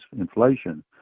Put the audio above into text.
inflation